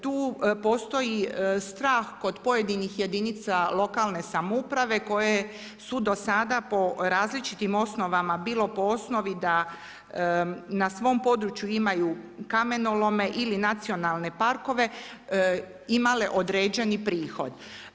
Tu postoji strah kod pojedinih jedinica lokalne samouprave koje su do sada po različitim osnovama, bilo po osnovi da na svom području imaju kamenolome ili nacionalne parkove imale određeni prihod.